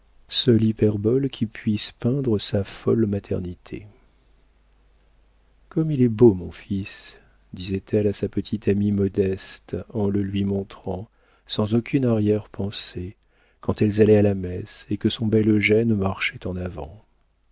seule hyperbole qui puisse peindre sa folle maternité comme il est beau mon fils disait-elle à sa petite amie modeste en le lui montrant sans aucune arrière-pensée quand elles allaient à la messe et que son bel exupère marchait en avant